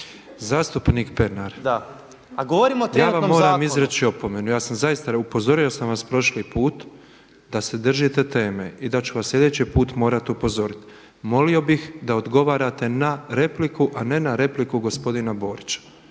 Božo (MOST)** Ja vam moram izreći opomenu. Ja sam zaista, upozorio sam vas prošli put da se držite teme i da ću vas sljedeći put morati upozoriti. Molio bih da odgovarate na repliku a ne na repliku gospodina Borića.